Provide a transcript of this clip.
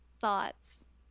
thoughts